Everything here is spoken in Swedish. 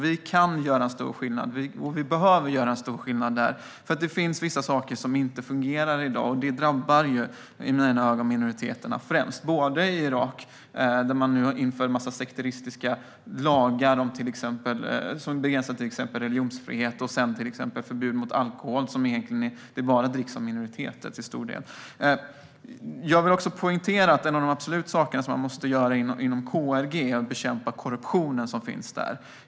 Vi kan och behöver göra en stor skillnad där, för det finns vissa saker som inte fungerar i dag, och det drabbar främst minoriteterna i Irak, där man nu inför en massa sekteristiska lagar som begränsar till exempel religionsfriheten och inför förbud mot alkohol, som till stor del dricks av minoriteter. Jag vill poängtera att en av de saker som man absolut måste göra inom KRG är att bekämpa korruptionen som finns där.